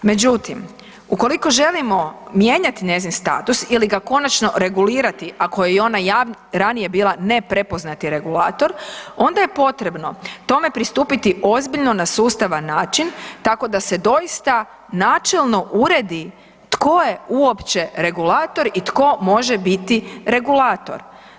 Međutim, ukoliko želimo mijenjati njezin status ili ga konačno regulirati ako je ona i ranije bila neprepoznati regulator onda je potrebno tome pristupiti ozbiljno na sustavan način tako da se doista načelno uredi tko je uopće regulator i tko može biti regulator.